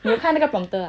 有开那个 prompter ah